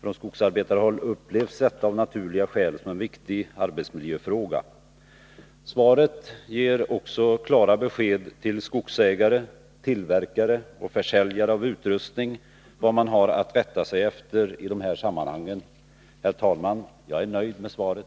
På skogsarbetarhåll upplevs detta av naturliga skäl som en viktig arbetsmiljöfråga. Svaret ger också klara besked till skogsägare samt tillverkare och försäljare av utrustning om vad de har att rätta sig efter i dessa sammanhang. Herr talman! Jag är nöjd med svaret.